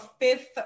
fifth